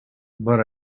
but